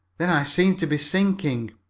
then i seemed to be sinking.